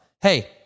Hey